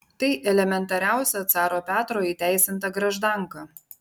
tai elementariausia caro petro įteisinta graždanka